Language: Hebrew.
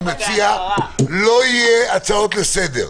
לא יהיו הצעות לסדר.